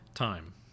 Time